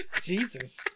Jesus